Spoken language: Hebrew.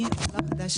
אני עולה חדשה